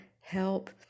help